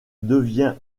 devient